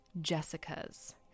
Jessica's